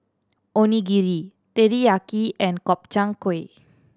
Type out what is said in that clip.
Onigiri Teriyaki and Gobchang Gui